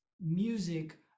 music